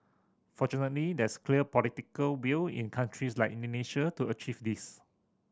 fortunately there's clear political will in countries like Indonesia to achieve this